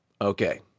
Okay